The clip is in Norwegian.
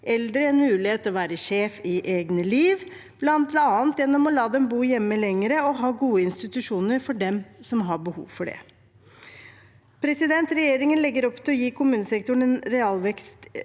eldre en mulighet til å være sjef i eget liv, bl.a. gjennom å la dem bo hjemme lenger og ha gode institusjoner for dem som har behov for det. Regjeringen legger opp til å gi kommunesektoren en realvekst